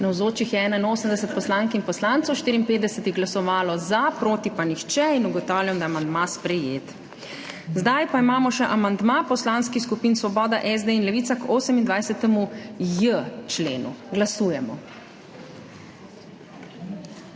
Zdaj pa imamo še amandma poslanskih skupin Svoboda, SD in Levica k 28.j členu. Glasujemo.